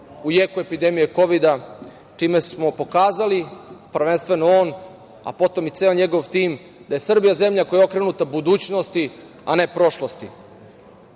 u jeku epidemije kovida, čime smo pokazali, prvenstveno on, a potom i ceo njegov tim, da je Srbija zemlja koja je okrenuta budućnosti, a ne prošlosti. Poštovana